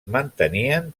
mantenien